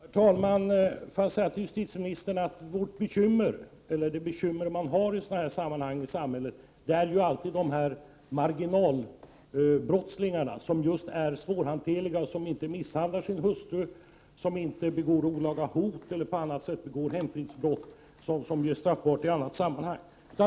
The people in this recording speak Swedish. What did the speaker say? Herr talman! Får jag säga till justitieministern att det bekymmer man har i sådana här sammanhang i samhället gäller alltid de här marginalbrottslingarna, som är svårhanterliga. Det är män som inte misshandlar sin hustru, som inte gör sig skyldiga till olaga hot eller begår hemfridsbrott som är straffbart i annat sammanhang.